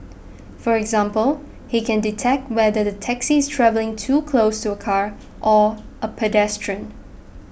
for example he can detect whether the taxi is travelling too close to a car or a pedestrian